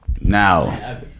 Now